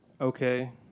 okay